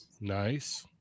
Nice